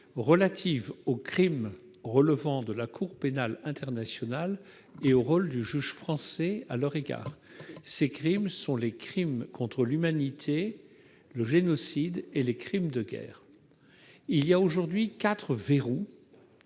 relative aux crimes relevant de la Cour pénale internationale et au rôle du juge français à leur égard. Ces crimes sont les crimes contre l'humanité, le génocide et les crimes de guerre. Aujourd'hui, quatre verrous